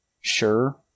sure